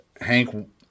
Hank